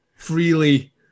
freely